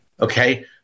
okay